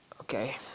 Okay